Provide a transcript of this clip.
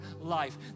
life